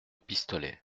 pistolet